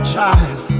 child